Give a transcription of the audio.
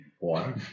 water